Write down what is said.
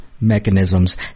mechanisms